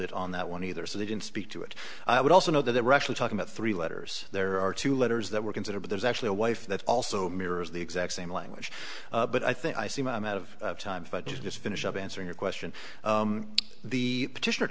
it on that one either so they didn't speak to it i would also know that they were actually talking about three letters there are two letters that were considered but there's actually a wife that also mirrors the exact same language but i think i see my amount of time i just finish answering your question the petitioner